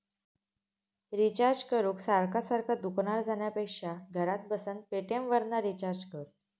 recharge करूक सारखा सारखा दुकानार जाण्यापेक्षा घरात बसान पेटीएमवरना रिचार्ज कर